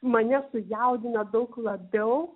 mane sujaudina daug labiau